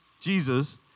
Jesus